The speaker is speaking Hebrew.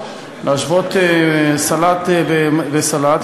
השוואות סלט וסלט,